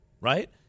right